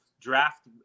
draft